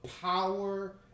power